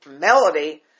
melody